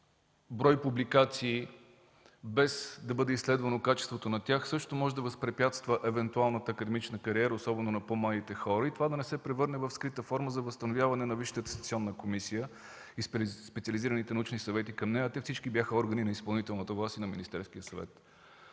брой публикации, без да бъде изследвано качеството им, също може да възпрепятства евентуалната академична кариера, особено на по-младите хора и това да не се превръща в скрита форма за възстановяване на Висшата атестационна комисия и специализираните научни съвети към нея – всички те бяха органи на изпълнителната власт и на Министерския съвет.